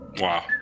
Wow